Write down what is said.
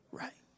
right